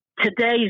today's